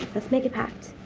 let's make a pact.